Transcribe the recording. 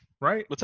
Right